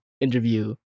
interview